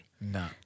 No